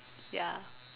ya